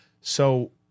So-